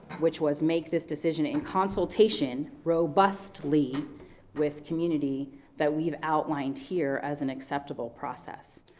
which was make this decision in consultation robustly with community that we've outlined here as an acceptable process.